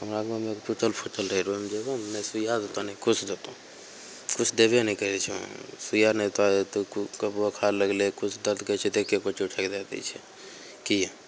हमरा गाममे एगो टुटल फुटल रहै रहै ओहिमे जेबहो ने नहि सुइआ देतऽ नहि किछु देतऽ किछु देबे नहि करै छै सुइआ नहि देतऽ तू कहबहो बोखार लगलै किछु दरद करै छै तऽ एक्के गोटी उठैके दै दै छै किएक